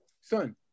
Son